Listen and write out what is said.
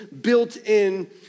built-in